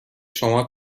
شما